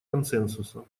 консенсуса